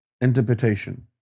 interpretation